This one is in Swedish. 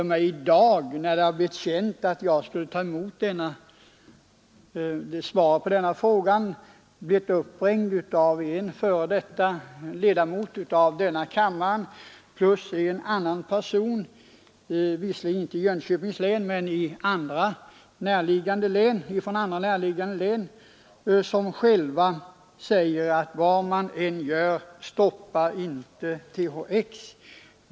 T. o. m. i dag, sedan det blivit känt att jag skulle ta emot svaret på denna fråga, har jag blivit uppringd av en f.d. ledamot av riksdagen samt av en annan person — visserligen inte bosatt i Jönköpings län, utan i ett närliggande län. De sade: ”Vad man än gör, stoppa inte THX-preparatet!